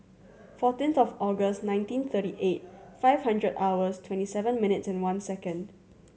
fourteenth of August nineteen thirty eight five hundred hours twenty seven minutes and one second